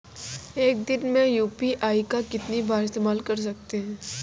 एक दिन में यू.पी.आई का कितनी बार इस्तेमाल कर सकते हैं?